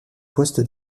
poste